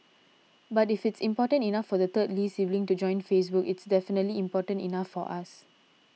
but if it's important enough for the third Lee sibling to join Facebook it's definitely important enough for us